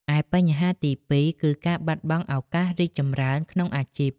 ឯបញ្ហាទីពីរ គឺ ការបាត់បង់ឱកាសរីកចម្រើនក្នុងអាជីព។